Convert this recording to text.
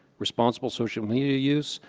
responsible social media use,